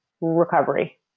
recovery